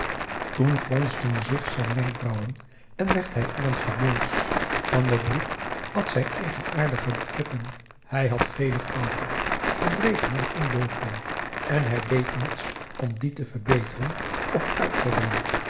toen fronsten zich zijn wenkbrauwen en werd hij ernstig boos van den broek had zijn eigenaardige begrippen hij p a daum hoe hij raad van indië werd onder ps maurits had vele fouten gebreken en ondeugden en hij deed niets om die te verbeteren of uit te roeien